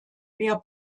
mehr